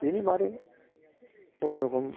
बिनि बादैनो अयन' रोखोम